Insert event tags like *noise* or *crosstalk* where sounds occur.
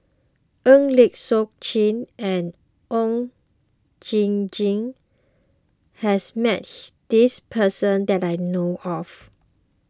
Eng Lee Seok Chee and Oon Jin Gee has met *noise* this person that I know of